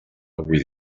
avui